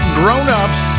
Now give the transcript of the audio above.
grown-ups